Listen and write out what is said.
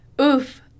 Oof